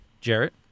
Jarrett